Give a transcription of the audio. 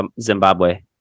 Zimbabwe